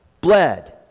bled